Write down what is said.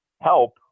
help